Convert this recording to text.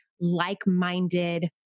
like-minded